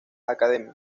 academy